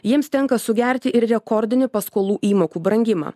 jiems tenka sugerti ir rekordinį paskolų įmokų brangimą